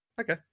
Okay